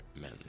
men